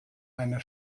einer